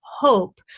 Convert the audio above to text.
hope